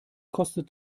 kostet